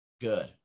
good